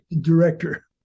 director